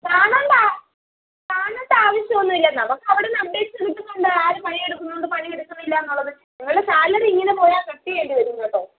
കാണണ്ട കാണണ്ട ആവശ്യം ഒന്നും ഇല്ലെന്നാ വർക്ക്സ് അവിടെന്ന് അപ്ഡേറ്റ്സ് കിട്ടുന്നുണ്ട് ആര് പണിയെടുക്കുന്നുണ്ട് പണിയെടുക്കുന്നില്ലാന്നുള്ളത് നിങ്ങളുടെ സാലറി ഇങ്ങനെപോയാൽ കട്ട് ചെയ്യേണ്ടിവരും നിങ്ങളുടെ